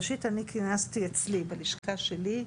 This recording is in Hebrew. ראשית אני כינסתי אצלי, בלשכה שלי,